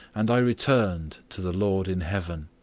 and returned to the lord in heaven.